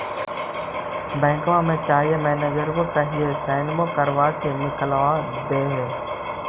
बैंकवा मे जाहिऐ मैनेजरवा कहहिऐ सैनवो करवा के निकाल देहै?